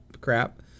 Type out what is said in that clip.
crap